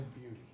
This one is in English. beauty